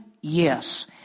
yes